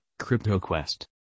CryptoQuest